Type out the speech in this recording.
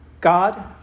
God